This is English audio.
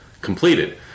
completed